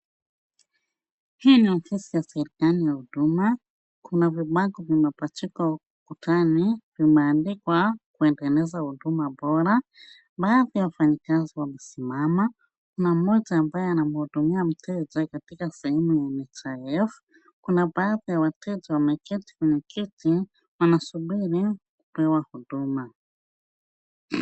Hii ni ofisi ya serikali ya Huduma, kuna vibango vimepachikwa ukutani vimeandikwa kuendeleza huduma bora, baadhi ya wafanyikazi wamesimama, kuna mmoja ambaye anahudumia mteja katika sehemu ya NHIF, kuna baadhi ya wateja wameketi kwenye kiti wanasubiri kupewa huduma.